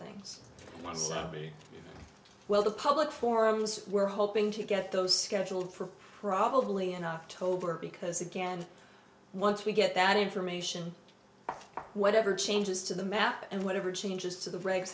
things one somebody well the public forums we're hoping to get those scheduled for probably in october because again once we get that information whatever changes to the map and whatever changes to the regs